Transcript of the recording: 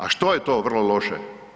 A što je to vrlo loše?